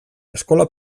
eskola